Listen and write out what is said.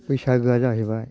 बैसागोआ जाहैबाय